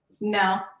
No